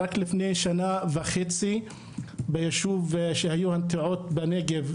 רק לפני שנה וחצי ביישוב שבו היו הנטיעות בנגב,